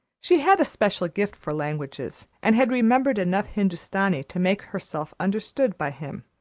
she had a special gift for languages and had remembered enough hindustani to make herself understood by him.